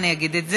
אני אגיד את זה.